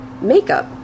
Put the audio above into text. makeup